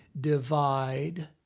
divide